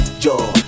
Yo